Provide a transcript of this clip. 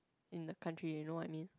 in the country you know what I mean